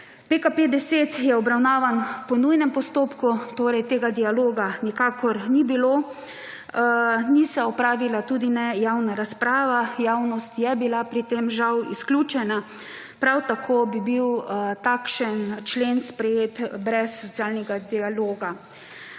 PKP 10 je obravnavan po nujnem postopku, torej tega dialoga nikakor ni bilo. Ni se opravila tudi ne javna razprava. Javnost je bila pri tem žal izključena. Prav tako bi bil takšen člen sprejet brez socialnega dialoga.